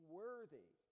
worthy